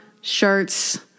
shirts